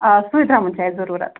آ سُے درٛمُن چھِ اَسہِ ضٔروٗرَت